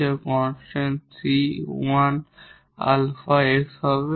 যা constant c 1 alpha x হবে